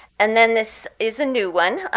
and then this is a new one.